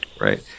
Right